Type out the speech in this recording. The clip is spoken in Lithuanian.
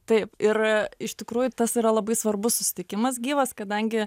taip ir iš tikrųjų tas yra labai svarbus susitikimas gyvas kadangi